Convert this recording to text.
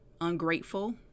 ungrateful